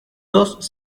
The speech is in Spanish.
dos